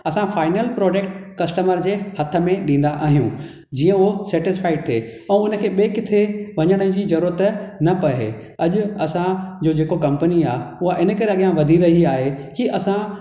असां final product customer जे हथ में ॾींदा आहियूं जीअं उहो सेटिस्फाइड थिए ऐं उन खे ॿिए किथे वञण जी ज़रूरत न पवे अॼु असां जो जेको कम्पनी आहे उहा इन करे अॻियां वधी रही आहे कि असां